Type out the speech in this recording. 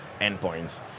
endpoints